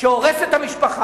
כשזה הורס את המשפחה.